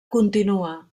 continua